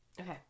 Okay